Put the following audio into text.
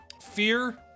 fear